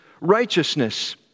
righteousness